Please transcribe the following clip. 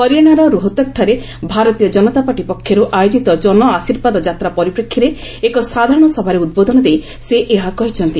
ହରିୟାଣାର ରୋହତକ୍ଠାରେ ଭାରତୀୟ ଜନତା ପାର୍ଟି ପକ୍ଷର୍ ଆୟୋଜିତ ଜନ ଆଶୀର୍ବାଦ ଯାତ୍ରା ପରିପ୍ରେକ୍ଷୀରେ ଏକ ସାଧାରଣ ସଭାରେ ଉଦ୍ବୋଧନ ଦେଇ ସେ ଏହା କହିଛନ୍ତି